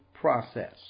process